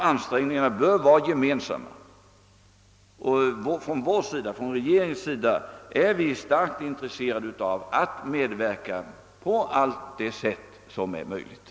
Ansträngningen bör vara gemensam, och från regeringens sida är vi starkt intresserade av att medverka på alla sätt som är möjliga.